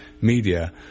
media